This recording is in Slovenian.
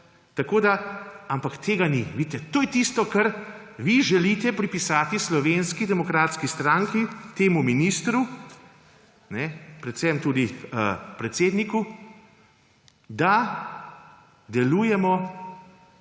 Ampak tega ni. Vidite, to je tisto, kar vi želite pripisati Slovenski demokratski stranki, temu ministru, predvsem tudi predsedniku, da delujemo